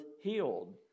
healed